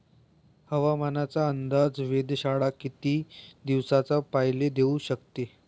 हवामानाचा अंदाज वेधशाळा किती दिवसा पयले देऊ शकते?